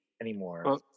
anymore